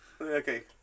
Okay